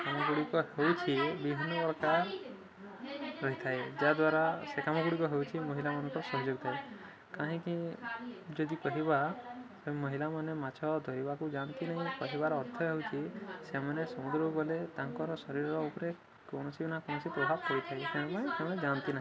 ଏ କାମ ଗୁଡ଼ିକ ହେଉଛି ବିହନ ପ୍ରକାର ରହିଥାଏ ଯାହାଦ୍ୱାରା ସେ କାମ ଗୁଡ଼ିକ ହେଉଛି ମହିଳାମାନଙ୍କ ସହଯୋଗ ଥାଏ କାହିଁକି ଯଦି କହିବା ମହିିଳାମାନେ ମାଛ ଧରିବାକୁ ଯାଆନ୍ତି ନାହିଁ କହିବାର ଅର୍ଥ ହେଉଛିି ସେମାନେ ସମୁଦ୍ରକୁ ଗଲେ ତାଙ୍କର ଶରୀର ଉପରେ କୌଣସି ନା କୌଣସି ପ୍ରଭାବ ପଡ଼ିଥାଏ ପାଇଁଁ ଯାଆନ୍ତି ନାହିଁ